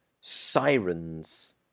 sirens